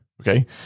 Okay